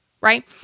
right